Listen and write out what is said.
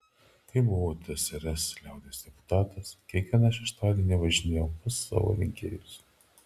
kai buvau tsrs liaudies deputatas kiekvieną šeštadienį važinėjau pas savo rinkėjus